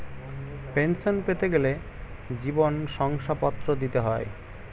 pension পেতে গেলে জীবন শংসাপত্র দিতে হয়